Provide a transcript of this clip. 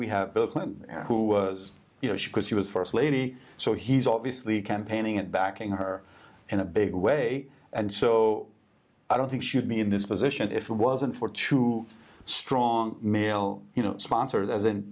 we have bill clinton who as you know she because he was first lady so he's obviously campaigning it backing her in a big way and so i don't think should be in this position if it wasn't for two strong male you know sponsor th